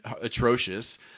atrocious